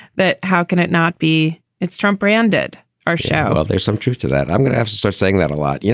but how can it not be its trump branded our show? well, there's some truth to that. i'm going to have to start saying that a lot. you